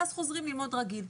ואז חוזרים ללמוד רגיל.